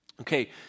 Okay